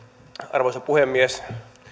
arvoisa puhemies